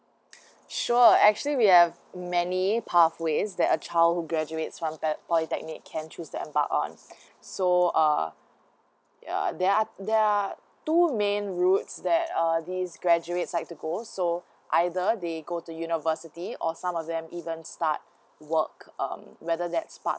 sure actually we have many pathway that's a child who graduates from po~ polytechnic can choose their path on so uh there are there are two main roads that err this graduates like to go so either they go to university or some of them even start work um whether that's part